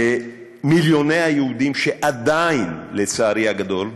למיליוני היהודים שעדיין, לצערי הגדול,